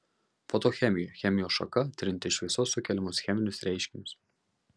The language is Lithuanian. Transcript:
fotochemija chemijos šaka tirianti šviesos sukeliamus cheminius reiškinius